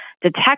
detect